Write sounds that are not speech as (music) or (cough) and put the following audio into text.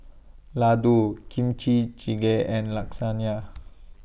Ladoo Kimchi Jjigae and (unintelligible)